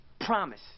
Promise